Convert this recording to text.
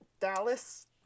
Dallas